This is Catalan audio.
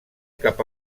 cap